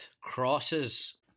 crosses